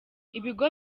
ibigo